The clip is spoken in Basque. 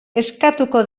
eskatuko